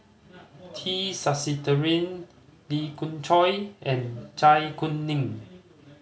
T Sasitharan Lee Khoon Choy and Zai Kuning